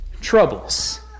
troubles